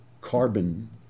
carbon